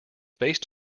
based